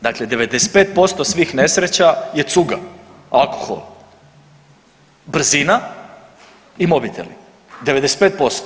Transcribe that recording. Dakle 95% svih nesreća je cuga, alkohol, brzina i mobiteli, 95%